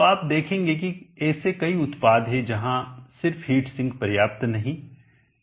तो आप देखेंगे कि ऐसे कई उत्पाद हैं जहां सिर्फ हीट सिंक पर्याप्त नहीं है